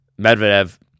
Medvedev